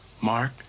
Mark